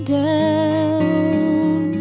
down